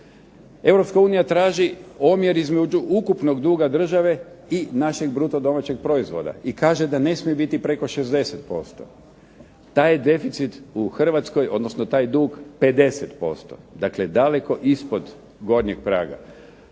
traži omjer između ukupnog duga države i našeg bruto domaćeg proizvoda, i kaže da ne smije biti preko 60%. Taj deficit u Hrvatskoj, odnosno taj dug 50%. Dakle daleko ispod gornjeg praga.